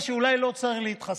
שאולי לא צריך להתחסן.